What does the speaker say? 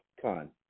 Con